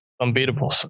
unbeatable